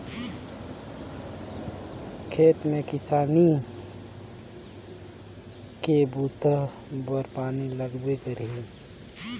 खेत में किसानी के बूता बर पानी लगबे करही